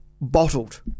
bottled